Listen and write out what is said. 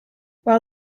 while